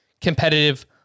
competitive